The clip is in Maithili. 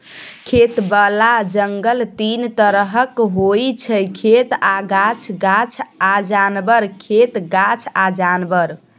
खेतबला जंगल तीन तरहक होइ छै खेत आ गाछ, गाछ आ जानबर, खेत गाछ आ जानबर